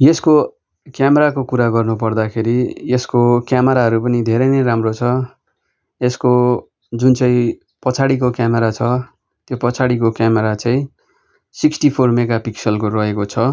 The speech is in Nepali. यसको क्यामेराको कुरा गर्नु पर्दाखेरि यसको क्यामेराहरू पनि धेरै नै राम्रो छ यसको जुन चाहिँ पछाडिको क्यामेरा छ त्यो पछाडिको क्यामेरा चाहिँ सिक्सटी फोर मेघा पिक्सलको रहेको छ